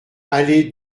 allée